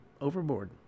overboard